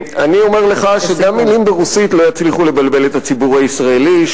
אני אומר לך שגם מלים ברוסית לא יצליחו לבלבל את הציבור הישראלי,